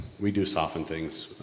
we do soften things,